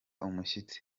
umushyitsi